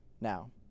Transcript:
Now